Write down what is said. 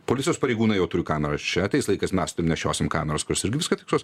policijos pareigūnai jau turi kameras čia ateis laikais mes taip nešiosim kameras kurios irgi viską fiksuos